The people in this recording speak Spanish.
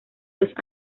los